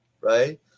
right